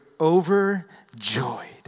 overjoyed